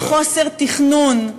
חוסר תכנון,